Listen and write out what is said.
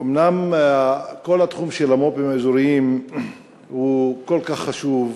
אומנם כל התחום של המו"פים האזוריים הוא כל כך חשוב,